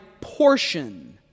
portion